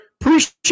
appreciate